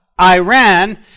Iran